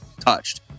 touched